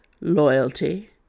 Loyalty